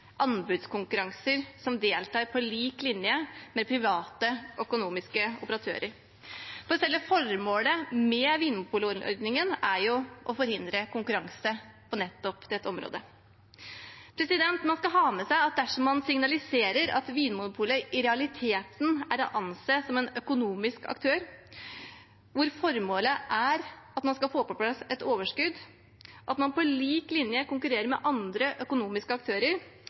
anbudskonkurranser hvor man deltar på lik linje med private økonomiske operatører. Selve formålet med vinmonopolordningen er jo å forhindre konkurranse på nettopp dette området. Man skal ha med seg at dersom man signaliserer at Vinmonopolet i realiteten er å anse som en økonomisk aktør, hvor formålet er at man skal få på plass et overskudd, at man konkurrerer på lik linje med andre økonomiske aktører,